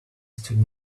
stood